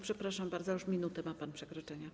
Przepraszam bardzo, ale już minutę ma pan przekroczenia.